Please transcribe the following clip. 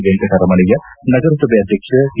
ವೆಂಕಟರಮಣಯ್ಯ ನಗರಸಭೆ ಅಧ್ಯಕ್ಷ ಟಿ